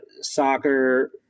soccer